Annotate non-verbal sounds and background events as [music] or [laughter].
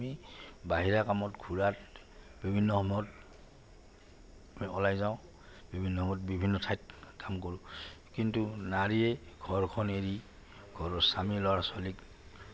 আমি বাহিৰা কামত [unintelligible] বিভিন্ন সময়ত আমি ওলাই যাওঁ বিভিন্ন সময়ত বিভিন্ন ঠাইত কাম কৰোঁ কিন্তু নাৰীয়ে ঘৰখন এৰি ঘৰৰ স্বামী ল'ৰা ছোৱালীক